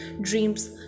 Dreams